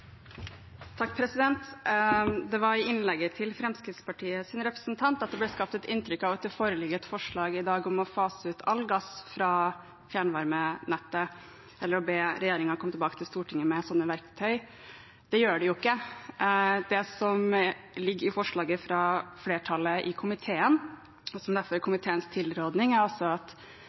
var i innlegget til Fremskrittspartiets representant at det ble skapt et inntrykk av at det foreligger et forslag i dag om å fase ut all gass fra fjernvarmenettet eller å be regjeringen om å komme tilbake til Stortinget med slike verktøy. Det gjør det jo ikke. Det som ligger i forslaget fra flertallet i komiteen, og som derfor er komiteens tilråding, er at